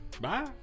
Bye